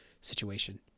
situation